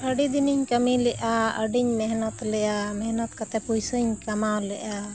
ᱟᱹᱰᱤᱫᱤᱱᱤᱧ ᱠᱟᱹᱢᱤ ᱞᱮᱫᱼᱟ ᱟᱹᱰᱤᱧ ᱢᱮᱦᱱᱚᱛ ᱞᱮᱫᱼᱟ ᱢᱮᱦᱱᱚᱛ ᱠᱟᱛᱮᱫ ᱯᱩᱭᱥᱟᱹᱧ ᱠᱟᱢᱟᱣ ᱞᱮᱫᱼᱟ